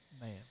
Man